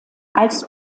als